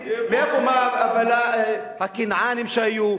הכנענים שהיו,